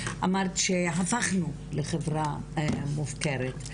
אמרת שהפכנו לחברה מופקרת,